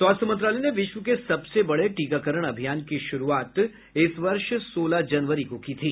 स्वास्थ्य मंत्रालय ने विश्व के सबसे बड़े टीकाकरण अभियान की शुरुआत इस वर्ष सोलह जनवरी को की थी